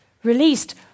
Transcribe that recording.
Released